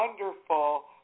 wonderful